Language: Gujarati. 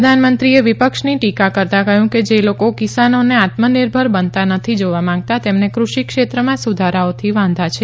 પ્રધાનમંત્રીએ વિપક્ષની ટીકા કરતા કહયું કે જે લોકો કિસાનોને આત્મનિર્ભર બનતા નથી જોવા માંગતા તેમને કૃષિ ક્ષેત્રમાં સુધારાઓથી વાંધા છે